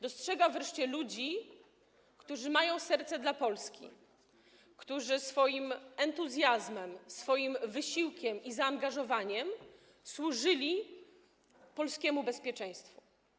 Dostrzega wreszcie ludzi, którzy mają serce dla Polski, którzy swoim entuzjazmem, swoim wysiłkiem i zaangażowaniem służyli polskiemu bezpieczeństwu.